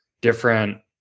different